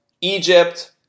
Egypt